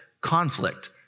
conflict